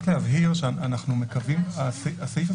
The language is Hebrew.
הסעיף הזה